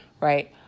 right